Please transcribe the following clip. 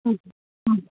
ம் ம்